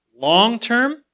Long-term